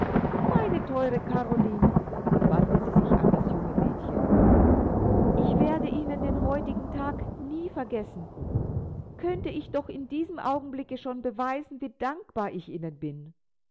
meine teure karoline wandte sie sich an das junge mädchen ich werde ihnen den heutigen tag nie vergessen könnte ich doch in diesem augenblicke schon beweisen wie dankbar ich ihnen bin